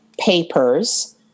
papers